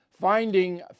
Finding